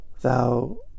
Thou